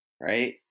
right